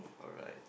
alright